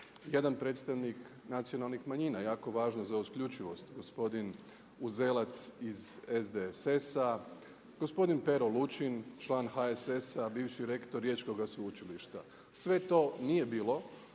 jedan predstavnik nacionalnih manjina, jako važno za uključivost, gospodin Uzelac iz SDSS-a, gospodin Pero Lučin član HSS-a bivši rektor Riječkoga sveučilišta. Sve to nije bilo